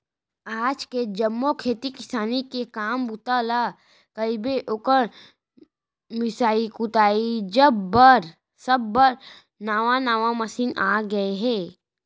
आज के जम्मो खेती किसानी के काम बूता ल कइबे, ओकर मिंसाई कुटई सब बर नावा नावा मसीन आ गए हे